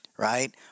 right